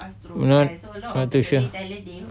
uh not too sure